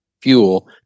fuel